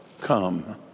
come